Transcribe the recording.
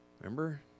Remember